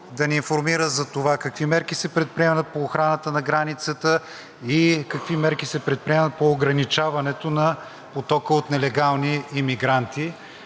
да ни информира за това какви мерки се предприемат по охраната на границата и какви мерки се предприемат по ограничаването на потока от нелегални емигранти.